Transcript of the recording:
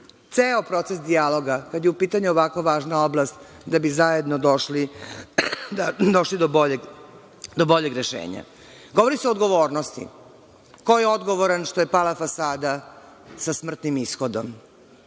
ceo proces dijaloga kada je u pitanju ovako važna oblast da bi zajedno došli do boljeg rešenja. Govori se o odgovornosti. Ko je odgovoran što je pala fasada sa smrtnim ishodom?